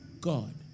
God